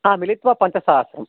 हा मिलित्वा पञ्चसहस्रं